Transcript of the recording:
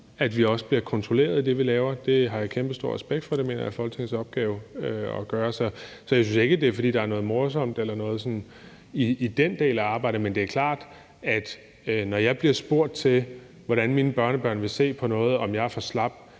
at vi også bliver kontrolleret i det, vi laver. Det har jeg kæmpestor respekt for, og det mener jeg er Folketingets opgave at gøre, så jeg synes ikke, det er, fordi der er noget morsomt eller sådan noget i den del af arbejdet. Men det er klart, at når jeg bliver spurgt til, hvordan mine børnebørn vil se på noget, og om jeg er for slap,